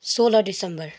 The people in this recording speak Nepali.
सोह्र डिसेम्बर